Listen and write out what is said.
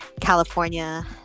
California